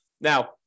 Now